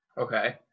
Okay